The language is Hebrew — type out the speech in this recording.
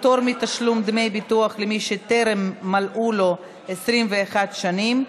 פטור מתשלום דמי ביטוח למי שטרם מלאו לו 21 שנים),